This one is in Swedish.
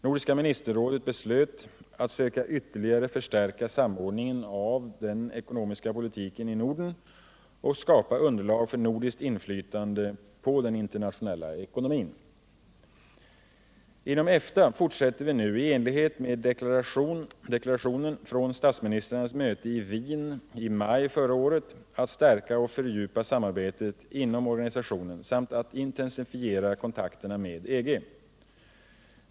Nordiska ministerrådet beslöt att söka ytterligare förstärka samordningen av den ekonomiska politiken i Norden och skapa underlag för nordiskt inflytande på den internationella ekonomin. Inom EFTA fortsätter vi nu i enlighet med deklarationen från statsministrarnas möte i Wien i maj förra året att stärka och fördjupa samarbetet inom organisationen samt att intensifiera kontakterna med EG.